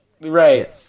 Right